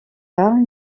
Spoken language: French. tard